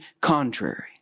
contrary